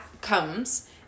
comes